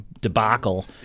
debacle